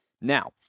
Now